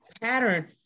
Pattern